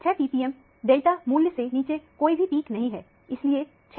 6 ppm delta मूल्य से नीचे कोई भी पिक नहीं है